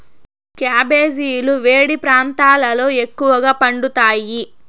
క్యాబెజీలు వేడి ప్రాంతాలలో ఎక్కువగా పండుతాయి